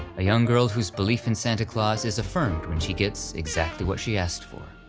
a young girl whose belief in santa clause is affirmed when she gets exactly what she asked for.